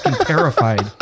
terrified